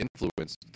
influence